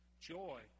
Joy